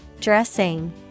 Dressing